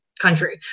country